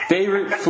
Favorite